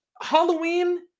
Halloween